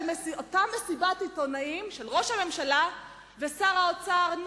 אותה מסיבת עיתונאים של ראש הממשלה ושר האוצר.